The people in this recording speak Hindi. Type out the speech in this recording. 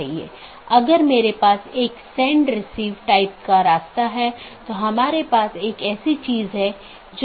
इसलिए दूरस्थ सहकर्मी से जुड़ी राउटिंग टेबल प्रविष्टियाँ अंत में अवैध घोषित करके अन्य साथियों को सूचित किया जाता है